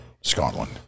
Scotland